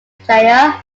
player